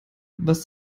was